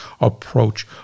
approach